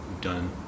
done